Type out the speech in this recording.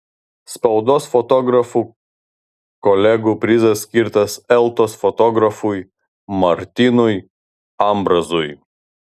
spaudos fotografų kolegų prizas skirtas eltos fotografui martynui ambrazui